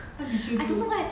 what did you do